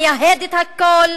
מייהד את הכול,